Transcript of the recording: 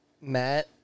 Matt